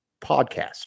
podcast